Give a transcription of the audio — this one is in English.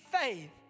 faith